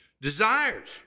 desires